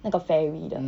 那个 ferry 的